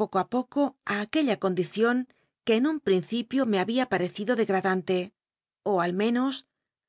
poco i poco i aquella condicion que en un principio me habia parecido dcgl'adantc ó al menos